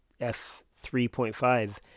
F3.5